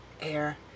air